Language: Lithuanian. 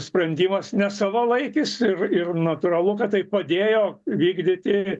sprendimas nesavalaikis ir natūralu kad tai padėjo vykdyti ir